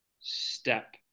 step